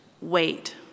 Wait